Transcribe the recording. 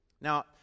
Now